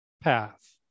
path